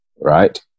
right